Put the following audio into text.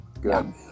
good